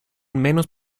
menos